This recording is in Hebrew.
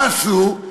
מה עשו?